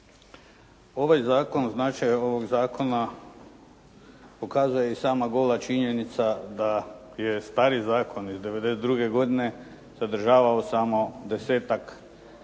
Ovaj zakon, značaj ovog zakona pokazuje i sama gola činjenica da je stari zakon iz '92. godine sadržavao samo desetak članaka